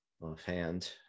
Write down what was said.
offhand